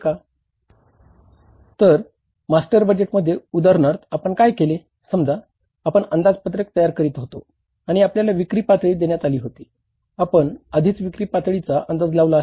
तर मास्टर बजेटमध्ये उदाहरणार्थ आपण काय केले समजा आपण अंदाजपत्रक तयार करीत होतो आणि आपल्याला विक्री पातळी अंदाज लावला आहे